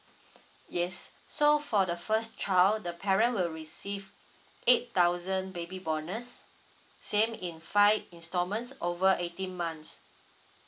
yes so for the first child the parent will receive eight thousand baby bonus same in five instalment over eighteen months